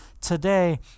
today